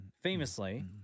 famously